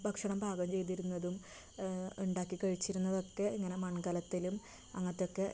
ഭക്ഷണം പാകം ചെയ്തിരുന്നതും ഉണ്ടാക്കി കഴിച്ചിരുന്നതൊക്കെ ഇങ്ങനെ മൺകലത്തിലും അങ്ങനത്തെയൊക്കെ